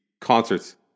concerts